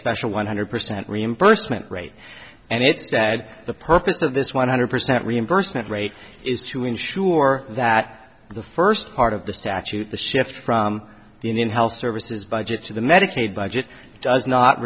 special one hundred percent reimbursement rate and it's sad the purpose of this one hundred percent reimbursement rate is to ensure that the first part of the statute the shift from the indian health services budget to the medicaid budget does not